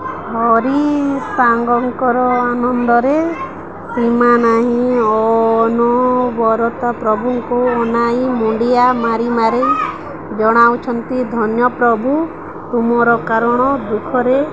ଆହୁରି ସାଙ୍ଗଙ୍କର ଆନନ୍ଦରେ ସୀମା ନାହିଁ ଅନବରତ ପ୍ରଭୁଙ୍କୁ ଅନାଇ ମୁଣ୍ଡିଆ ମାରି ମାରି ଜଣାଉଛନ୍ତି ଧନ୍ୟ ପ୍ରଭୁ ତୁମର କାରଣ ଦୁଃଖରେ